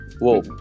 whoa